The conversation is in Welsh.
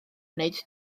wneud